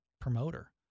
promoter